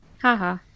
Haha